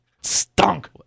stunk